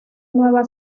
nueva